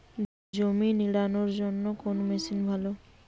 জমি নিড়ানোর জন্য কোন মেশিন ভালো?